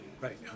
right